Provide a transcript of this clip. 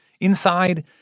Inside